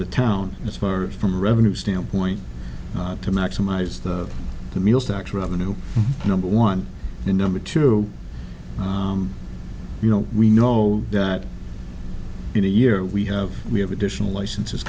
the town it's far from a revenue standpoint to maximize the meals tax revenue number one and number two you know we know that in a year we have we have additional licenses